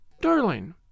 Darling